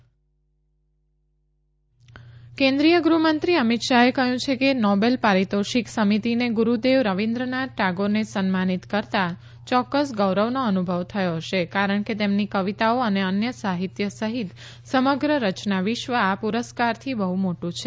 પશ્ચિમ બંગાળ અમિત શાહ કેન્દ્રીય ગૂહમંત્રી અમિત શાહે કહ્યું છે કે નોબેલ પારીતોષીક સમિતિને ગુરુદેવ રવિન્દ્રનાથ ટાગોરને સન્માનિત કરતા ચોકકસ ગૌરવનો અનુભવ થયો હશે કારણ કે તેમની કવિતાઓ અને અન્ય સાહિત્ય સહિત સમગ્ર રચનાવિશ્વ આ પુરસ્કારથી બહુ મોટુ છે